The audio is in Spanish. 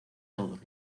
todos